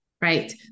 right